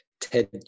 ted